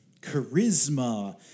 charisma